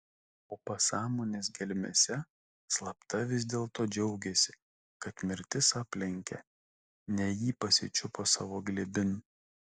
o pasąmonės gelmėse slapta vis dėlto džiaugėsi kad mirtis aplenkė ne jį pasičiupo savo glėbin